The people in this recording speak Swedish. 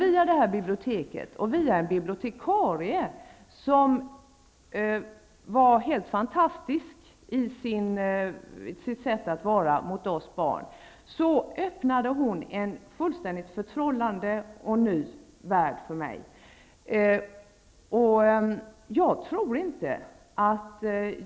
Via detta bibliotek och via en bibliotekarie som var helt fantastisk i sitt sätt att vara mot oss barn öppnades en fullständigt förtrollande och ny värld för mig.